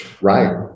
Right